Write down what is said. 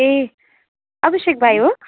ए अभिषेक भाइ हो